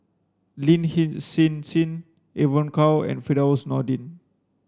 Lin Hsin Hsin Evon Kow and Firdaus Nordin